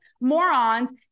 morons